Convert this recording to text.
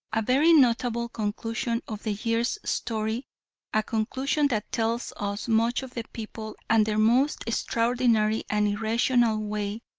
a very notable conclusion of the year's story a conclusion that tells us much of the people and their most extraordinary and irrational way,